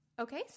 Okay